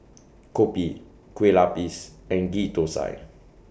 Kopi Kueh Lapis and Ghee Thosai